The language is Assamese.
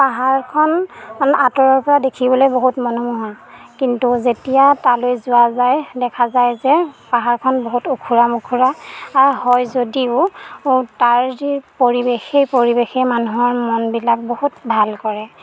পাহাৰখন আঁতৰৰ পৰা দেখিবলৈ বহুত মনোমোহা কিন্তু যেতিয়া তালৈ যোৱা যায় দেখা যায় যে পাহাৰখন বহুত ওখোৰা মোখোৰা আৰু হয় যদিও তাৰ যি পৰিৱেশ সেই পৰিৱেশে মানুহৰ মনবিলাক বহুত ভাল কৰে